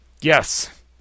Yes